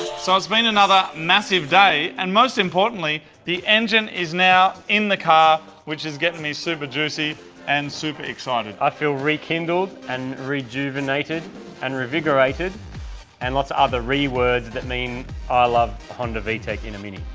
so it's been another massive day and most importantly the engine is now in the car which is getting me super juicy and super excited. i feel really rekindled and rejuvenated and revigorated and lots of other re words that mean i love honda vtec in a mini.